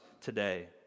today